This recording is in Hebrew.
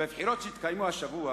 בבחירות שהתקיימו השבוע